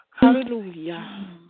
Hallelujah